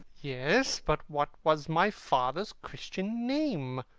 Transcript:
yes, but what was my father's christian name?